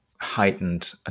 heightened